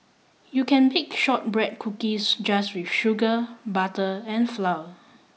you can pick shortbread cookies just with sugar butter and flour